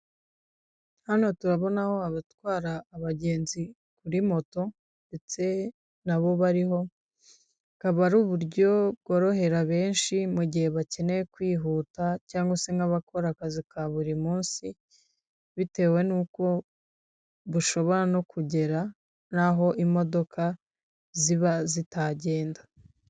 Hano turabona aho abatwara abagenzi kuri moto ndetse nabo bariho kaba ari uburyo bworohera benshi mu gihe bakeneye kwihuta cyangwa se nk'abakora akazi ka buri munsi bitewe n'uko bushobora no kugera n'aho imodoka ziba zitagenda.